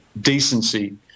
decency